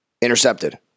intercepted